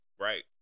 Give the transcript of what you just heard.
Right